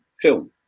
film